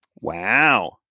wow